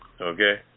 Okay